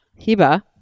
Hiba